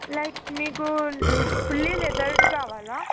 like మీకు fully leathered కావాలా